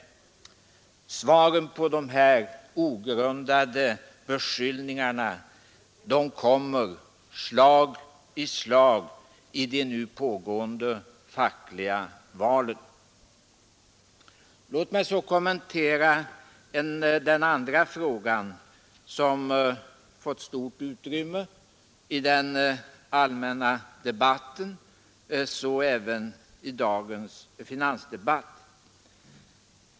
Svaren på de här ogrundade beskyllningarna kommer slag i slag i de nu pågående fackliga valen. Låt mig så kommentera en annan fråga som fått stort utrymme i den allmänna debatten, så även i dagens finansdebatt.